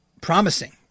promising